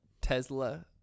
Tesla